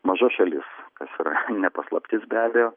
maža šalis kas yra ne paslaptis be abejo